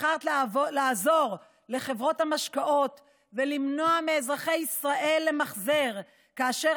בחרת לעזור לחברות המשקאות ולמנוע מאזרחי ישראל למחזר כאשר